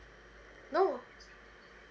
no